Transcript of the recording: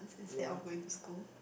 instead of going to school